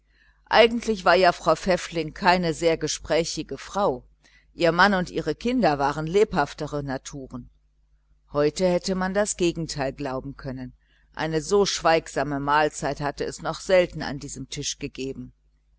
eigentlich war ja frau pfäffling keine sehr gesprächige frau ihr mann und ihre kinder waren lebhaftere naturen heute hätte man das gegenteil glauben können eine so schweigsame mahlzeit hatte es noch selten an diesem tisch gegeben